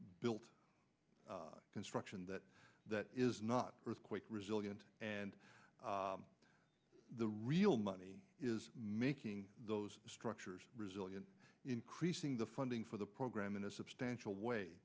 built construction that that is not earthquake resilient and the real money is making those structures resilient increasing the funding for the program in a substantial way